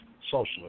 socialist